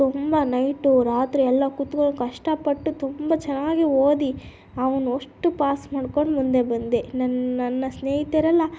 ತುಂಬ ನೈಟು ರಾತ್ರಿ ಎಲ್ಲ ಕೂತ್ಕೊಂಡು ಕಷ್ಟಪಟ್ಟು ತುಂಬ ಚೆನ್ನಾಗಿ ಓದಿ ಅವನ್ನ ಅಷ್ಟು ಪಾಸ್ ಮಾಡ್ಕೊಂಡು ಮುಂದೆ ಬಂದೆ ನನ್ನ ನನ್ನ ಸ್ನೇಹಿತರೆಲ್ಲ